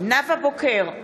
נאוה בוקר,